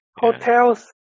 hotels